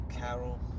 Carol